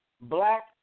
Black